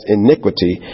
iniquity